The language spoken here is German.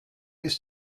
ist